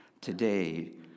today